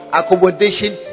accommodation